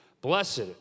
Blessed